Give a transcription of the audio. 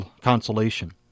consolation